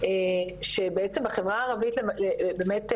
שבעצם החברה הערבית באמת,